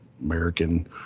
american